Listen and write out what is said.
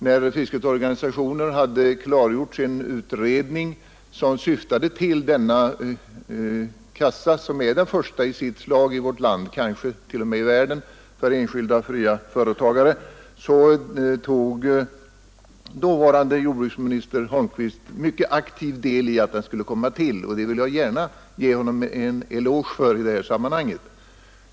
När fiskets organisationer hade framlagt sin utredning, som syftade till denna kassa — som är den första i sitt slag i vårt land, kanske t.o.m. i världen — för enskilda och fria företagare, tog dåvarande jordbruksministern Holmqvist mycket aktiv del i arbetet för att den skulle komma till. Det vill jag gärna ge honom en eloge för i det här sammanhanget.